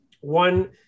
One